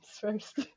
first